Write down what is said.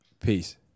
Peace